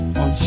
on